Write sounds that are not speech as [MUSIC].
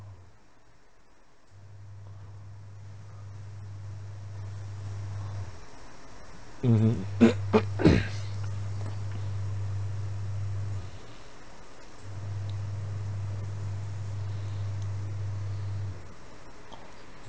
mmhmm [COUGHS]